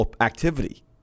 activity